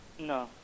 No